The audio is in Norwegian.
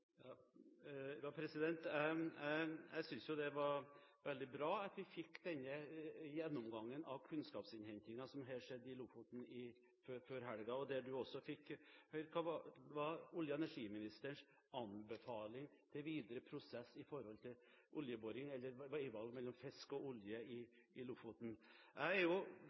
Jeg synes det er veldig bra at vi før helgen fikk en gjennomgang av den kunnskapsinnhentingen som har skjedd, hva gjelder Lofoten, der en også fikk høre olje- og energiministerens anbefaling til videre prosess med hensyn til oljeboring – eller veivalg mellom fisk og olje i Lofoten. Jeg er